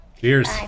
Cheers